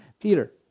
Peter